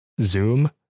Zoom